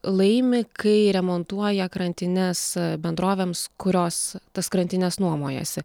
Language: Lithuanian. laimi kai remontuoja krantines bendrovėms kurios tas krantines nuomojasi